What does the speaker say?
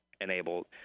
enabled